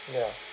ya